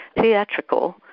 theatrical